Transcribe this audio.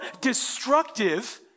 destructive